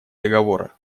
договора